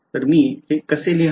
तर मी हे कसे लिहावे